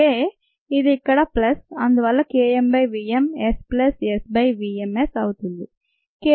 K ఇది ఇక్కడ plus అందువల్ల K m by v m S plus S by v m S అవుతుంది